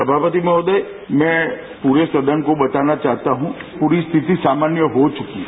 सभापति महोदय मैं पूरे सदन को बताना चाहता हूं पूरी स्थिति सामान्य हो चुकी है